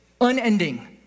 unending